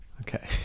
okay